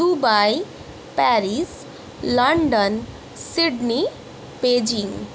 Dubai Paris London Sydney Beijing